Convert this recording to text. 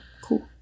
Cool